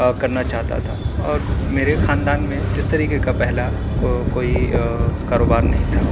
کرنا چاہتا تھا اور میرے خاندان میں اس طریقے کا پہلا کو کوئی کاروبار نہیں تھا